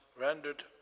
rendered